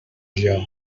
allò